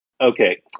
Okay